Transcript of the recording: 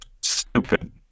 stupid